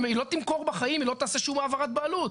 היא לא תמכור בחיים, היא לא תעשה שום העברת בעלות.